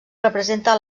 representa